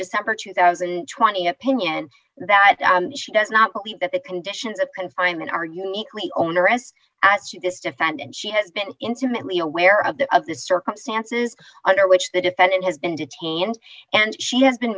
december two thousand and twenty opinion that she does not believe that the conditions of confinement are uniquely onerous to this defendant she has been intimately aware of the of the circumstances under which the defendant has been detained and she has been